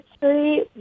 three